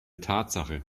tatsache